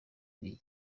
b’iyi